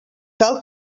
cal